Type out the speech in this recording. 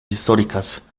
históricas